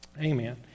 Amen